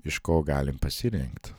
iš ko galim pasirinkt